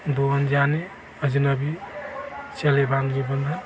दो अनजाने अजनबी चले बाँधने बंधन